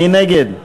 מי נגד?